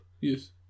Yes